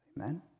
Amen